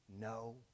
No